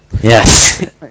Yes